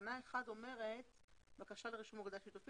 תקנה 1 אומרת שבקשה לרישום אגודה שתופית